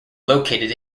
located